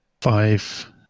five